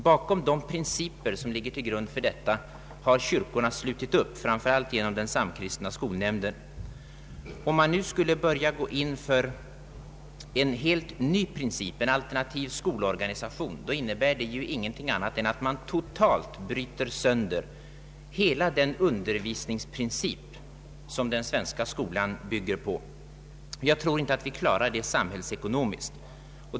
Bakom de principer som ligger till grund för detta har kyrkorna slutit upp, framför allt genom Samkristna skolnämnden. Om man nu skulle gå in för en alternativ skolorganisation, innebär detta ingenting annat än att man totalt bryter sönder hela den undervisningsprincip som den svenska skolan bygger på. Jag tror inte att vi klarar detta samhällsekonomiskt.